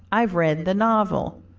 i've read the novel.